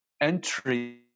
entry